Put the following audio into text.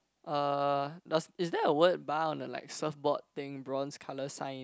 uh does is there a word bar on the like surfboard thing bronze colour sign